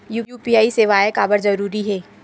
UPI सेवाएं काबर जरूरी हे?